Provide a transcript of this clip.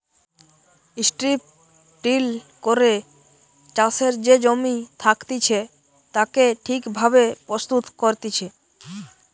strip till করে চাষের যে জমি থাকতিছে তাকে ঠিক ভাবে প্রস্তুত করতিছে